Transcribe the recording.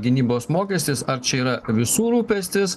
gynybos mokestis ar čia yra visų rūpestis